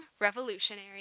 Revolutionary